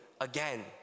again